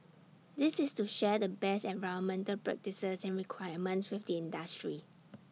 this is to share the best environmental practices and requirements with the industry